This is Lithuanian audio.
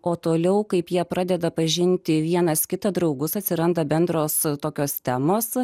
o toliau kaip jie pradeda pažinti vienas kitą draugus atsiranda bendros tokios temos